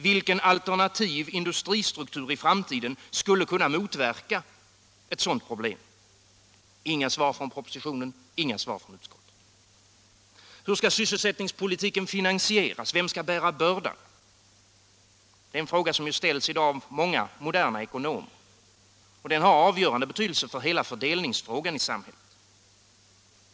Vilken alternativ industristruktur skulle i framtiden kunna motverka ett sådant problem? Inga svar från propositionen. Inga svar från utskottets betänkande. Hur skall sysselsättningspolitiken finansieras? Vem skall bära bördan? Det är en fråga som i dag ställs av många moderna ekonomer. Den har Nr 47 avgörande betydelse för hela fördelningsfrågan i samhället.